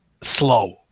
slow